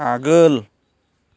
आगोल